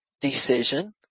decision